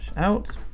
out,